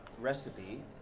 recipe